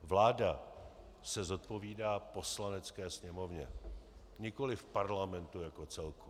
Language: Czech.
Vláda se zodpovídá Poslanecké sněmovně, nikoliv Parlamentu jako celku.